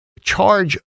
charge